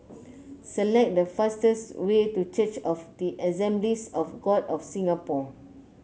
select the fastest way to Church of the Assemblies of God of Singapore